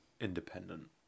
independent